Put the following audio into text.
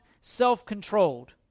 self-controlled